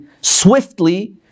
swiftly